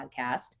podcast